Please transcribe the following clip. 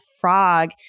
frog